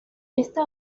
esta